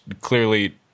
clearly –